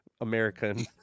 american